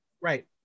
Right